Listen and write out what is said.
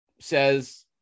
says